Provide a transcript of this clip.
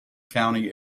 county